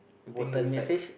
things like